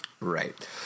Right